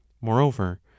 Moreover